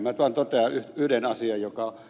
minä vaan totean yhden asian joka ed